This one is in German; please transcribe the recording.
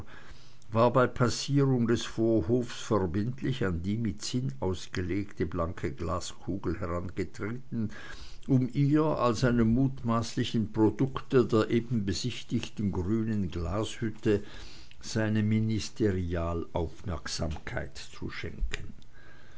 war bei passierung des vorhofs verbindlich an die mit zinn ausgelegte blanke glaskugel herangetreten um ihr als einem mutmaßlichen produkte der eben besichtigten grünen glashütte seine ministerialaufmerksamkeit zu schenken